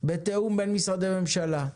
בתיאום בין משרדי הממשלה,